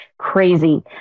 Crazy